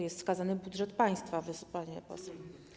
Jest wskazany budżet państwa, pani poseł.